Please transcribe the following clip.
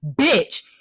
bitch